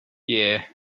yeah